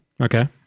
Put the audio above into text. Okay